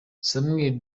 samuel